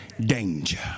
danger